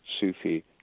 Sufi